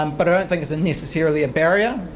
um but i don't think it's necessarily a barrier.